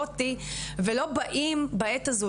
לא אותי ולא באים בעת הזו,